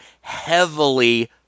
Heavily